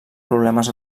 problemes